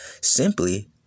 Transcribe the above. Simply